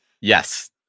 Yes